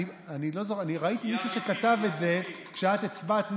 ראיתי מישהו שכתב את זה כשאת הצבעת,